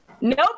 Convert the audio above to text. Nope